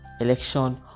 election